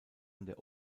der